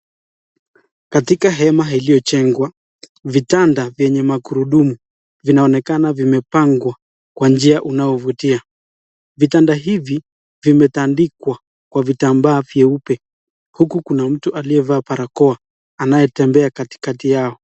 Katika hema iliyojengwa, vitanda vyenye magurudumu vinaonekana vimepangwa kwa njia inayovutia. Vitanda hivi vimetandikwa kwa vitambaa vyeupe. Huku kuna mtu aliyevaa barakoa anayetembea katikati yao.